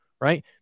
right